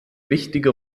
wichtige